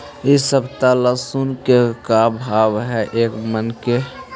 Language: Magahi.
इ सप्ताह लहसुन के का भाव है एक मन के?